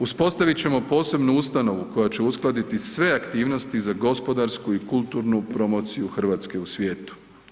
Uspostavit ćemo posebnu ustanovu koja će uskladiti sve aktivnosti za gospodarsku i kulturnu promociju RH u svijetu.